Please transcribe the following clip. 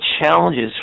challenges